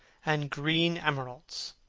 and greene emeraults.